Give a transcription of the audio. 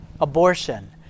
abortion